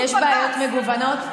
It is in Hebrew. יש בעיות מגוונות.